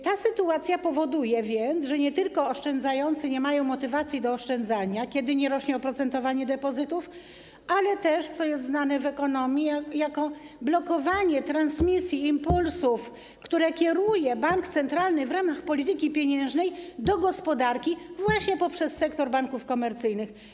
Ta sytuacja powoduje, że nie tylko oszczędzający nie mają motywacji do oszczędzania, kiedy nie rośnie oprocentowanie depozytów, ale powoduje też to, co jest znane w ekonomii jako blokowanie transmisji impulsów, które kieruje bank centralny w ramach polityki pieniężnej do gospodarki poprzez sektor banków komercyjnych.